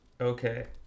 okay